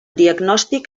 diagnòstic